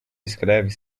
escreve